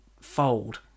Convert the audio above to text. fold